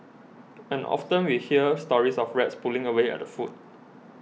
and often we hear stories of rats pulling away at the food